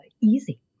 easy